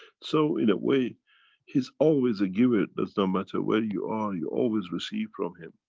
so in a way he's always a giver. does not matter where you are you always receive from him.